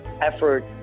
effort